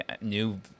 new